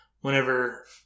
whenever